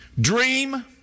dream